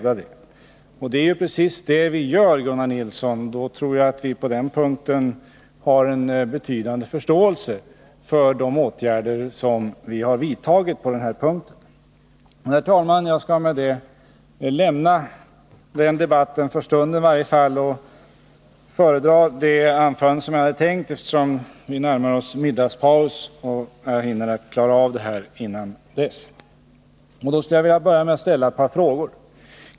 Det är ju precis det vi gör, och jag tror alltså Torsdagen den att vi på den punkten kan möta en betydande förståelse för åtgärder som vi 20 november 1980 vidtagit. Herr talman! Jag skall med det lämna den här debatten i varje fall för stunden och hålla det anförande som jag förberett — vi närmar oss middagspausen, och jag vill klara av det innan dess. Jag skulle vilja börja med att ställa ett par frågor.